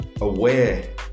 aware